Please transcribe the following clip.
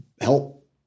help